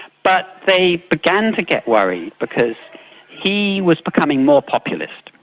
but they began to get worried, because he was becoming more populist,